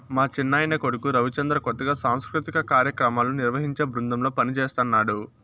మా చిన్నాయన కొడుకు రవిచంద్ర కొత్తగా సాంస్కృతిక కార్యాక్రమాలను నిర్వహించే బృందంలో పనిజేస్తన్నడు